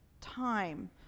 time